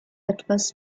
etwas